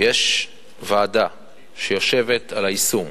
יש ועדה שיושבת על היישום.